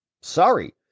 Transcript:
sorry